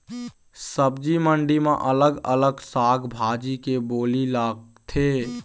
सब्जी मंडी म अलग अलग साग भाजी के बोली लगथे